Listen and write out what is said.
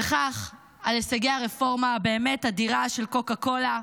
וכך על הישגי הרפורמה הבאמת-אדירה של קוקה קולה,